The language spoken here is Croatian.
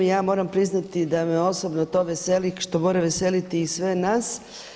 Ja moram priznati da me osobno to veseli što mora veseliti i sve nas.